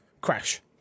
Crash